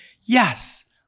yes